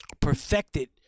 perfected